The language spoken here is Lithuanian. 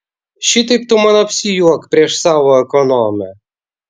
šitaip tu man apsijuok prieš savo ekonomę